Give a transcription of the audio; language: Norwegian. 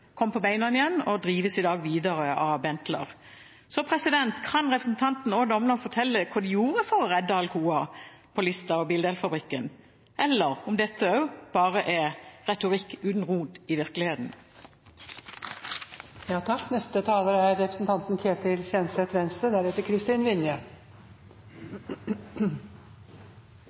kom på beina igjen og drives i dag videre av Benteler. Så kan representanten Odd Omland fortelle hva de gjorde for å redde Alcoa på Lista og Bildelfabrikken, eller er dette også bare retorikk uten rot i virkeligheten? Siden Venstre